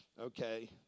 okay